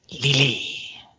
Lily